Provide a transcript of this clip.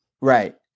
right